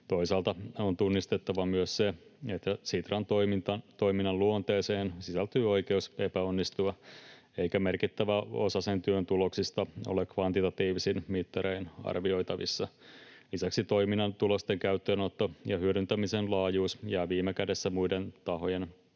Toisaalta on tunnistettava myös se, että Sitran toiminnan luonteeseen sisältyy oikeus epäonnistua, eikä merkittävä osa sen työn tuloksista ole kvantitatiivisin mittarein arvioitavissa. Lisäksi toiminnan tulosten käyttöönotto ja hyödyntämisen laajuus jää viime kädessä muiden tahojen päätöksenteosta